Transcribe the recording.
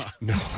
No